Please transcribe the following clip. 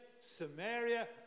Samaria